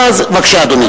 בבקשה, אדוני.